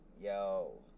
Yo